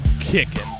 kicking